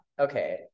Okay